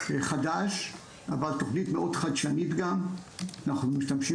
התכנית חדשנית גם היא אנחנו משתמשים